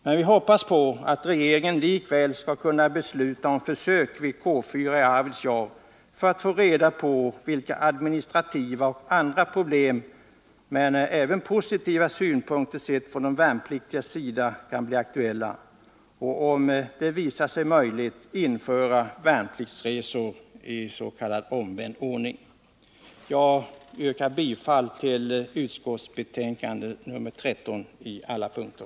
Men vi hoppas på att regeringen likväl skall kunna besluta om försök vid K 4 i Arvidsjaur för att få reda på vilka administrativa och andra problem som kan bli aktuella men även få positiva synpunkter från de värnpliktiga och att man, om det visar sig möjligt, skall införa värnpliktsresor i omvänd riktning. Jag yrkar bifall till hemställan i betänkande nr 13 på alla punkter.